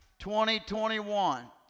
2021